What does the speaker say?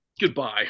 Goodbye